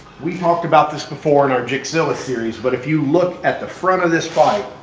we talked about this before in our gixzilla, series but. if you look at the front of this bike.